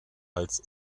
als